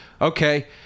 okay